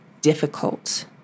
difficult